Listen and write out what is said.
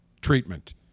treatment